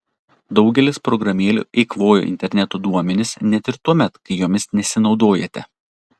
daugelis programėlių eikvoja interneto duomenis net ir tuomet kai jomis nesinaudojate